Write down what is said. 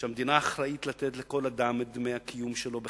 שהמדינה אחראית לתת לכל אדם את דמי הקיום שלו בכבוד,